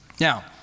Now